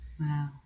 Wow